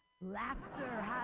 laughter